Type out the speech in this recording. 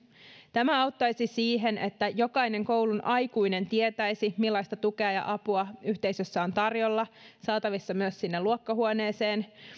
tämä auttaisi siihen että jokainen koulun aikuinen tietäisi millaista tukea ja apua yhteisössä on tarjolla saatavissa myös sinne luokkahuoneeseen